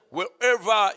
Wherever